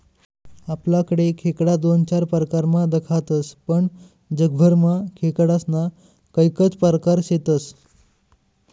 आपलाकडे खेकडा दोन चार परकारमा दखातस पण जगभरमा खेकडास्ना कैकज परकार शेतस